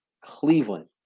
Cleveland